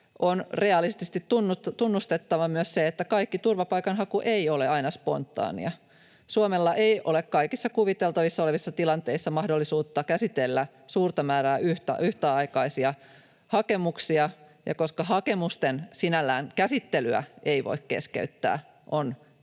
On realistisesti tunnustettava myös se, että kaikki turvapaikanhaku ei ole aina spontaania. Suomella ei ole kaikissa kuviteltavissa olevissa tilanteissa mahdollisuutta käsitellä suurta määrää yhtäaikaisia hakemuksia, ja koska hakemusten käsittelyä sinällään ei voi keskeyttää, on tässä